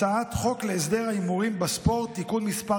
הצעת חוק להסדר ההימורים בספורט (תיקון מס'